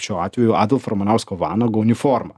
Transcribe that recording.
šiuo atveju adolfo ramanausko vanago uniforma